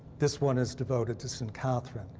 this one is devoted to saint catherine.